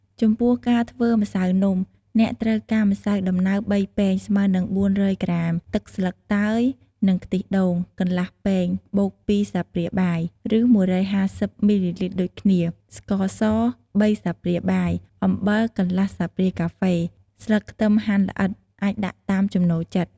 ចំពោះការធ្វើម្សៅនំ អ្នកត្រូវការម្សៅដំណើប ៣ ពែង ស្មើនឹង ៤០០ ក្រាម ទឹកស្លឹកតើយ និងខ្ទិះដូង កន្លះពែងបូក ២ ស្លាបព្រាបាយ ឬ ១៥០ មីលីលីត្រដូចគ្នា ស្ករស ៣ ស្លាបព្រាបាយ អំបិល កន្លះស្លាបព្រាកាហ្វេ ស្លឹកខ្ទឹមហាន់ល្អិត អាចដាក់តាមចំណូលចិត្ត។